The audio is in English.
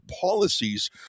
policies